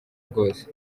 rwose